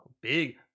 Big